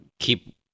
keep